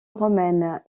romaine